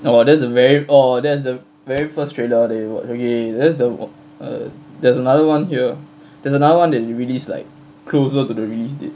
!wah! that's a very oh that's the very first trailer that you watch okay that's the uh there's another one here there's another one that they released like closer to the release date